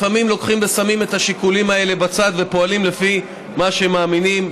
לפעמים לוקחים ושמים את השיקולים האלה בצד ופועלים לפי מה שהם מאמינים,